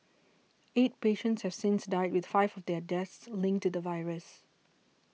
eight patients have since died with five of their deaths linked to the virus